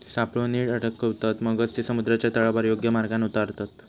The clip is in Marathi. सापळो नीट अडकवतत, मगच ते समुद्राच्या तळावर योग्य मार्गान उतारतत